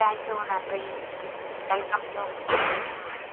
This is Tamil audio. தேங்க்யூ நன்றி வெல்கம் யூ ம்